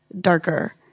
darker